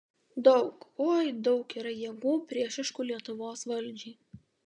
daug oi daug yra jėgų priešiškų lietuvos valdžiai